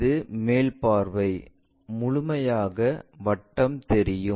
இது மேல் பார்வை முழுமையான வட்டம் தெரியும்